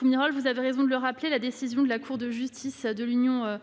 à Mme la ministre déléguée chargée de la citoyenneté. La Cour de justice de l'Union